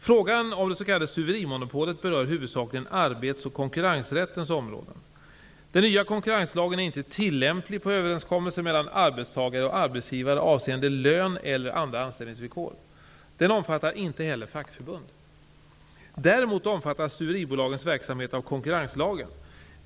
Frågan om det s.k. stuverimonopolet berör huvudsakligen arbets och konkurrensrättens områden. Den nya konkurrenslagen är inte tillämplig på överenskommelser mellan arbetstagare och arbetsgivare avseende lön eller andra anställningsvillkor. Den omfattar inte heller fackförbund. Däremot omfattas stuveribolagens verksamhet av konkurrenslagen.